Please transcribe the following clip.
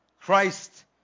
Christ